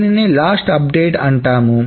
దీనినే last update అంటాము